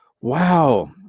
Wow